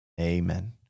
Amen